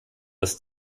das